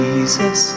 Jesus